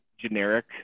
generic